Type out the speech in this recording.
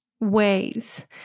ways